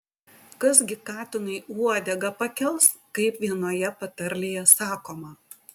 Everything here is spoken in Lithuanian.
kas gi katinui uodegą pakels kaip vienoje patarlėje sakoma